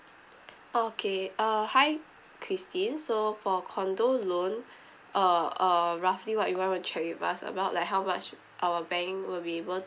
okay uh hi christine so for condo loan uh uh roughly what you want to check with us about like how much our bank will be able